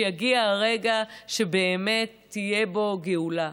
שיגיע הרגע שבאמת תהיה בו גאולה,